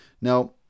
Now